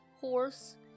horse